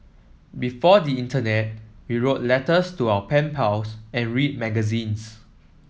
before the internet we wrote letters to our pen pals and read magazines